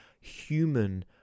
human